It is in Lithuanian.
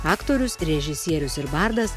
aktorius režisierius ir bardas